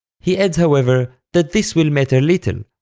he adds however, that this will matter little,